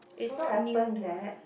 it's not new what